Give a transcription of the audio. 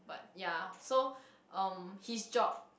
but ya so um his job